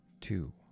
two